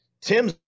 Tim's